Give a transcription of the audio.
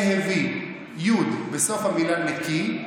אהו"י, יו"ד בסוף המילה נקי,